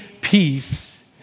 peace